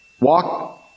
walk